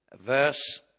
verse